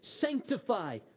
Sanctify